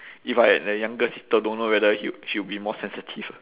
if I had a younger sister don't know whether he'll she'll be more sensitive or not